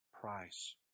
price